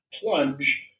plunge